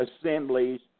assemblies